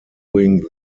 doing